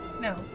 No